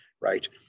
right